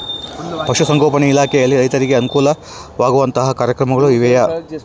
ಪಶುಸಂಗೋಪನಾ ಇಲಾಖೆಯಲ್ಲಿ ರೈತರಿಗೆ ಅನುಕೂಲ ಆಗುವಂತಹ ಕಾರ್ಯಕ್ರಮಗಳು ಇವೆಯಾ?